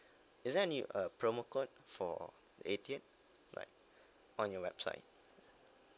is there any uh promo code for eighty eight like on your website